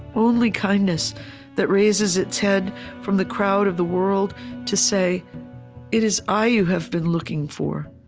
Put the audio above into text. only kindness that raises its head from the crowd of the world to say it is i you have been looking for,